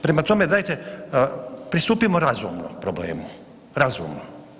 Prema tome, dajte, pristupimo razumno problemu, razumno.